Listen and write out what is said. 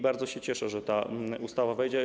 Bardzo się cieszę, że ta ustawa wejdzie.